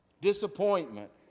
disappointment